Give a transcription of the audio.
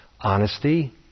honesty